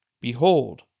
Behold